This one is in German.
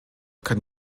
kann